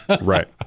right